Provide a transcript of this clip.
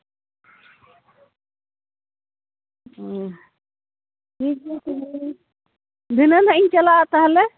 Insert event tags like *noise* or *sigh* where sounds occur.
ᱦᱩᱸ *unintelligible* ᱫᱷᱤᱱᱟᱹᱱ ᱦᱟᱸᱜ ᱤᱧ ᱪᱞᱟᱜᱼᱟ ᱛᱟᱦᱞᱮ